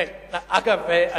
דרך אגב,